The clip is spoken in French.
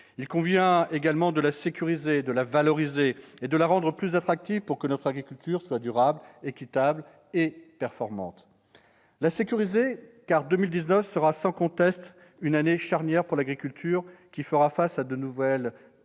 Il convient également de la sécuriser, de la valoriser et de la rendre plus attractive, pour qu'elle soit durable, équitable et performante. La sécuriser, car 2019 sera sans conteste une année charnière pour l'agriculture, qui fera face à de nombreuses incertitudes,